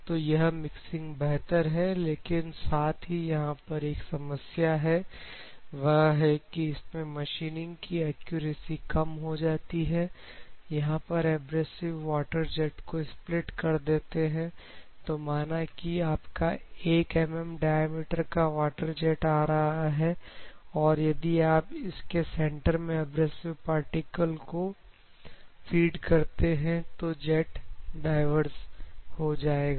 तो यह मिक्सिंग बेहतर है लेकिन साथ ही यहां पर एक समस्या है वह है कि इसमें मशीनिंग की एक्यूरेसी कम हो जाती है यहां पर एब्रेसिव वाटर जेट को स्प्लिट कर देते हैं तो माना कि आपका 1 एमएम डायमीटर का वाटर जेट आ रहा है और यदि आप इस के सेंटर में एब्रेसिव पार्टिकल को फीड करते हैं तो जेट डायवर्स हो जाएगा